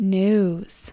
news